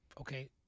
okay